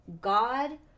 God